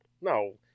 no